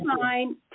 fine